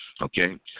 Okay